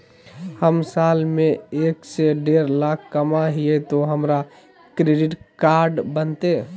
हम साल में एक से देढ लाख कमा हिये तो हमरा क्रेडिट कार्ड बनते?